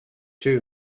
two